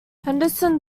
henderson